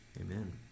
Amen